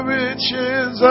riches